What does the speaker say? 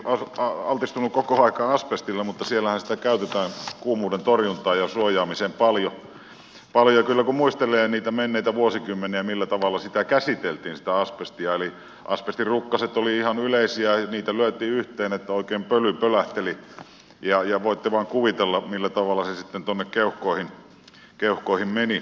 en toki altistunut koko aikaa asbestille mutta siellähän sitä käytetään kuumuuden torjuntaan ja suojaamiseen paljon ja kyllä kun muistelee niitä menneitä vuosikymmeniä millä tavalla sitä asbestia käsiteltiin niin asbestirukkaset olivat ihan yleisiä ja niitä lyötiin yhteen että oikein pöly pölähteli ja voitte vain kuvitella millä tavalla se sitten tuonne keuhkoihin meni